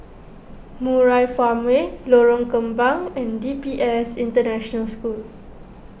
Murai Farmway Lorong Kembang and D P S International School